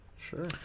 Sure